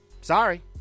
Sorry